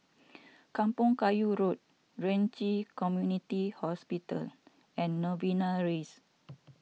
Kampong Kayu Road Ren Ci Community Hospital and Novena Rise